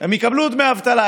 הם יקבלו דמי אבטלה.